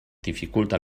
dificulte